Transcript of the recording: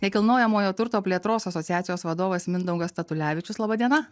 nekilnojamojo turto plėtros asociacijos vadovas mindaugas statulevičius laba diena